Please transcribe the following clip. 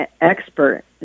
expert